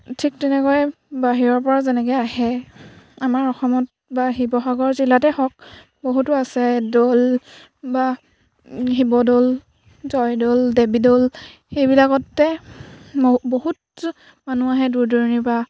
ঠিক তেনেকৈ বাহিৰৰ পৰা যেনেকৈ আহে আমাৰ অসমত বা শিৱসাগৰ জিলাতে হওক বহুতো আছে দৌল বা শিৱদৌল জয়দৌল দেৱীদৌল সেইবিলাকতে ম বহুত মানুহ আহে দূৰ দূৰণিৰ পৰা